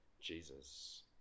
Jesus